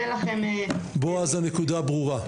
בועז, הנקודה ברורה.